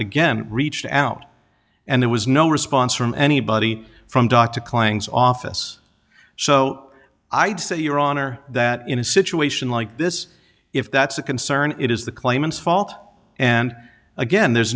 again reached out and there was no response from anybody from dr klein's office so i'd say your honor that in a situation like this if that's a concern it is the claimants fault and again there's